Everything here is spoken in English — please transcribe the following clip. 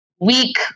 week